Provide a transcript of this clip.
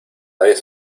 vez